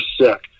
sick